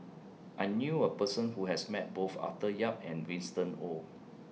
I knew A Person Who has Met Both Arthur Yap and Winston Oh